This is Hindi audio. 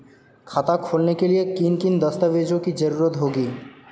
खाता खोलने के लिए किन किन दस्तावेजों की जरूरत होगी?